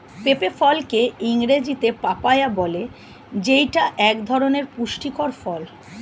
পেঁপে ফলকে ইংরেজিতে পাপায়া বলে যেইটা এক ধরনের পুষ্টিকর ফল